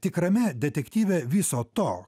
tikrame detektyve viso to